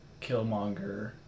Killmonger